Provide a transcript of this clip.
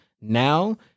Now